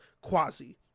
quasi